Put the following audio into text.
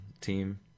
team